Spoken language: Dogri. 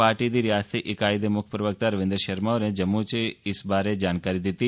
पार्टी दी रियासती ईकाई दे मुक्ख प्रवक्ता राविंद्र शर्मा होरें जम्मू च इस बारै जानकारी दित्ती